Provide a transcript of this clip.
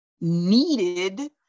needed